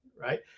right